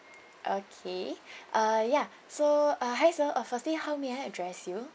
okay uh ya so uh hi sir uh firstly how may I address you